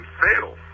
fail